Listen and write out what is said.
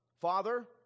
Father